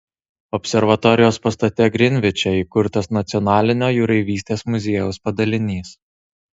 observatorijos pastate grinviče įkurtas nacionalinio jūreivystės muziejaus padalinys